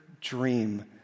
dream